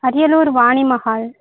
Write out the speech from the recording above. Ariyalur Vani Mahal